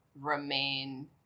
remain